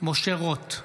משה רוט,